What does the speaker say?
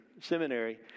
Seminary